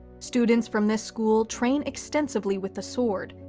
students from this school train extensively with the sword,